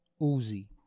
Uzi